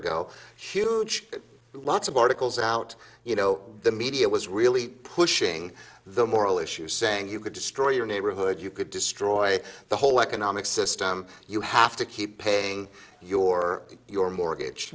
huge lots of articles out you know the media was really pushing the moral issue saying you could destroy your neighborhood you could destroy the whole economic system you have to keep paying your your mortgage